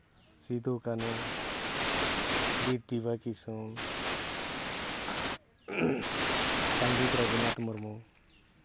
Sidhu Kanhu Bir ᱰᱤᱵᱟ Kisun Pandit Raghunath Murmu